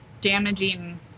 damaging